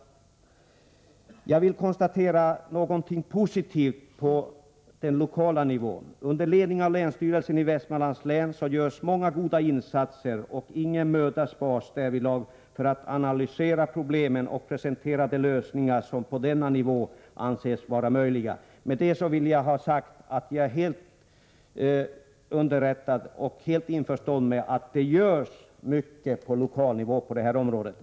Jag vill konstatera något positivt på den lokala nivån. Under ledning av länsstyrelsen i Västmanlands län görs många goda insatser, och ingen möda spars därvidlag för att analysera problemen och presentera de lösningar som på denna nivå anses vara möjliga. Därmed vill jag ha sagt att jag är underrättad om och helt införstådd med att det görs mycket på regional nivå på detta område.